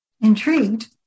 Intrigued